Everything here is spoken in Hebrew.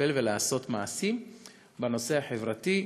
לטפל ולעשות מעשים בנושא החברתי,